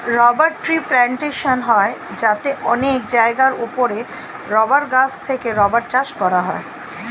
rubber tree plantation হয় যাতে অনেক জায়গার উপরে রাবার গাছ থেকে রাবার চাষ করা হয়